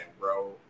bro